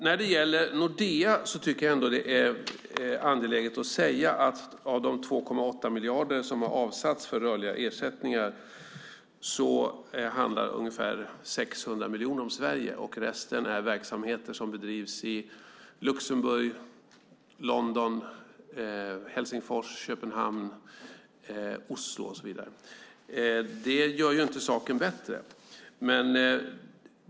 När det gäller Nordea tycker jag ändå att det är angeläget att säga att av de 2,8 miljarder som har avsatts för rörliga ersättningar handlar ungefär 600 miljoner om Sverige. Resten är verksamheter som bedrivs i Luxemburg, London, Helsingfors, Köpenhamn, Oslo och så vidare. Det gör inte saken bättre.